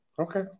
Okay